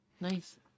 Nice